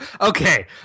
okay